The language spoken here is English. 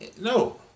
no